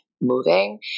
moving